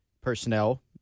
personnel